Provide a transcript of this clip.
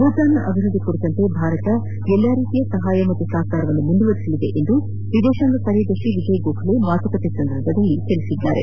ಭೂತಾನದ ಅಭಿವೃದ್ದಿ ಕುರಿತಂತೆ ಭಾರತ ಎಲ್ಲಾ ರೀತಿಯ ಸಹಾಯ ಮತ್ತು ಸಹಕಾರವನ್ನು ಮುಂದುವರೆಸಲಿದೆ ಎಂದು ವಿದೇಶಾಂಗ ಕಾರ್ಯದರ್ಶಿ ವಿಜಯ್ ಗೋಖಲೆ ಮಾತುಕತೆ ಸಂದರ್ಭದಲ್ಲಿ ತಿಳಿಸಿದ್ದಾರೆ